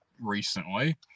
recently